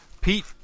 Pete